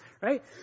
right